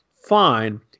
fine